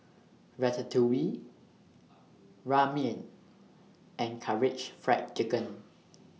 Ratatouille Ramen and Karaage Fried Chicken